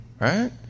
right